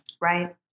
Right